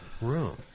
room